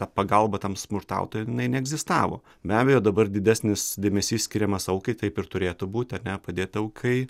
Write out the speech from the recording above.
pagalba tam smurtautojui jinai neegzistavo be abejo dabar didesnis dėmesys skiriamas aukai taip ir turėtų būti ar ne padėt aukai